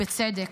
בצדק.